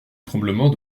tremblement